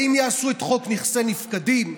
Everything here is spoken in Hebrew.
האם יעשו את חוק נכסי נפקדים?